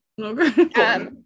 Okay